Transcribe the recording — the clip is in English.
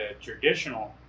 traditional